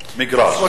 מגרש.